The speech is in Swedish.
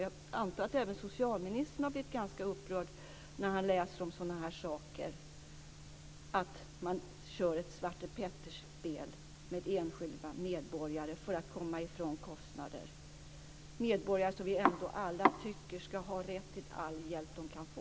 Jag antar att även socialministern har blivit upprörd när han läser om sådana saker - ett Svarte Petter-spel med enskilda medborgare för att komma ifrån kostnader. Det är medborgare som vi ändå alla tycker ska ha rätt till all hjälp de kan få.